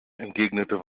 entgegnete